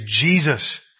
jesus